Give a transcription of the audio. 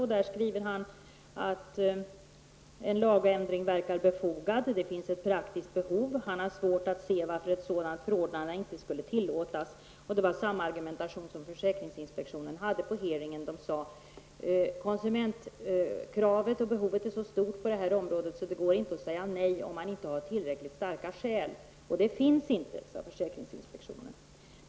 Han menar att en lagändring verkar befogad. Han säger att det finns ett praktiskt behov. Han har svårt att se varför ett sådant förordnande inte skulle kunna tillåtas. Det var samma argumentation som försäkringsinspektionen framförde på utfrågningen. Man sade att konsumentkravet och behovet är så stort på det här området att det inte går att säga nej om man inte har tillräckligt starka skäl. Och det finns inte, sade man från försäkringsinspektionen.